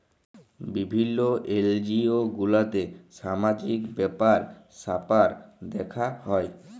বিভিল্য এনজিও গুলাতে সামাজিক ব্যাপার স্যাপার দ্যেখা হ্যয়